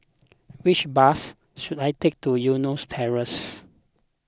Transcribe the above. which bus should I take to Eunos Terrace